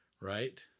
right